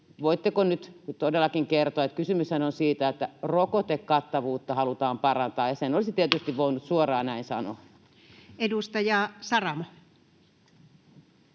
voitteko nyt todellakin kertoa, että kysymyshän on siitä, että rokotekattavuutta halutaan parantaa? Sen olisi tietysti voinut suoraan näin sanoa. [Speech